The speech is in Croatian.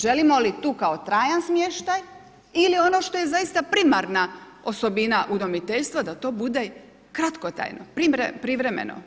Želimo li tu kao trajan smještaj ili ono što je zaista kao primarna osobina udomiteljstva da to bude kratkotrajno, privremeno?